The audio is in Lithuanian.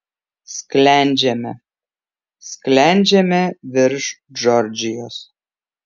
sklendžiame sklendžiame virš džordžijos